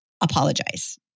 apologize